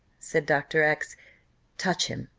said dr. x touch him,